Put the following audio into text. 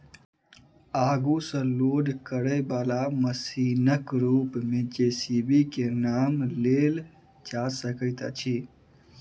आगू सॅ लोड करयबाला मशीनक रूप मे जे.सी.बी के नाम लेल जा सकैत अछि